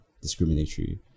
discriminatory